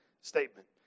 statement